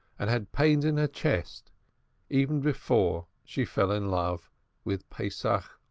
and had pains in her chest even before she fell in love with pesach